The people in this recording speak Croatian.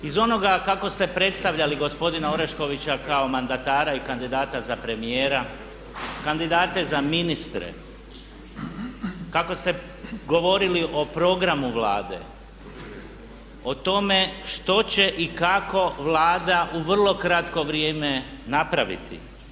Iz onoga kako ste predstavljali gospodina Oreškovića kao mandatara i kandidata za premijera, kandidate za ministre, kako ste govorili o programu Vlade, o tome što će i kako Vlada u vrlo kratko vrijeme napraviti.